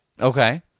Okay